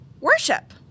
worship